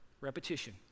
repetition